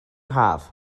haf